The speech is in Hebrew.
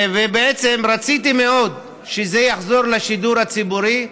בעצם רציתי מאוד שזה יחזור לשידור הציבורי,